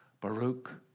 Baruch